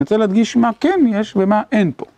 אני רוצה להדגיש מה כן יש ומה אין פה.